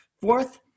fourth